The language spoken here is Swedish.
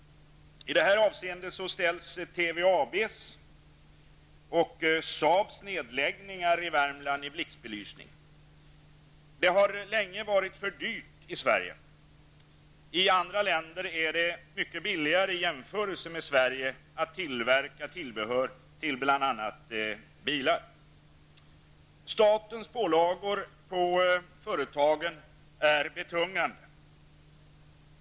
I det avseendet kommer TVABs och Saabs nedläggningar i Värmland i blixtbelysning. Det har länge varit för dyrt i Sverige. I andra länder är det mycket billigare i jämförelse med Sverige att tillverka tillbehör till bl.a. bilar. Statens pålagor på företagen är betungande.